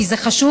כי זה חשוב,